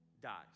dies